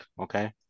Okay